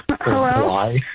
hello